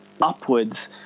upwards